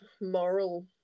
moral